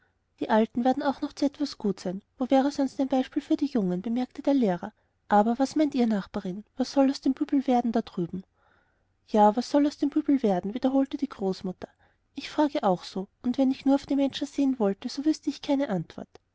die alten werden auch noch zu etwas gut sein wo wäre sonst ein beispiel für die jungen bemerkte der lehrer aber was meint ihr nachbarin was soll nun aus dem büblein werden da drüben ja was soll aus dem büblein werden wiederholte die großmutter ich frage auch so und wenn ich nur auf die menschen sehen wollte so wüßte ich keine antwort